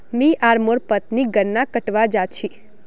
मी आर मोर पत्नी गन्ना कटवा जा छी